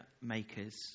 makers